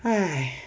!aiya!